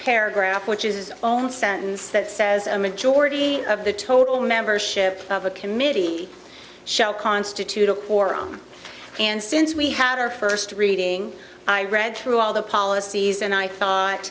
paragraph which is owned sentence that says a majority of the total membership of a committee shall constitute a quorum and since we had our first reading i read through all the policies and i thought